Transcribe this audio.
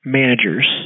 managers